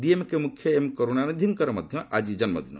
ଡିଏମ୍କେ ମୁଖ୍ୟ ଏମ୍ କରୁଣାନିଧିଙ୍କର ମଧ୍ୟ ଆଜି ଜନ୍ମଦିନ